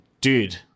dude